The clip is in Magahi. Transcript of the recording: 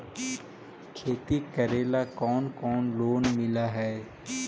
खेती करेला कौन कौन लोन मिल हइ?